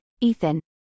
Ethan